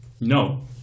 No